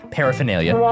Paraphernalia